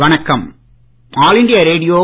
வணக்கம் All India radio